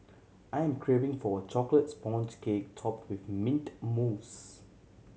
I am craving for a chocolate sponge cake top with mint mousse